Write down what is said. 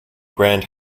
grand